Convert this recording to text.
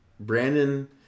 Brandon